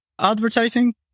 advertising